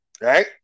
right